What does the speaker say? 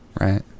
Right